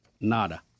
Nada